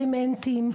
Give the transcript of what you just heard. דמנטיים,